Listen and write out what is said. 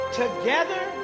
together